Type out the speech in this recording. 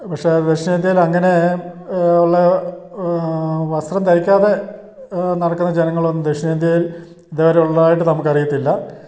പക്ഷേ ദക്ഷിണേന്ത്യയിൽ അങ്ങനെ ഉള്ള വസ്ത്രം ധരിക്കാതെ നടക്കുന്ന ജനങ്ങളൊന്നും ദക്ഷിണേന്ത്യയിൽ ഇതേവരെ ഉള്ളതായിട്ട് നമുക്കറിയത്തില്ല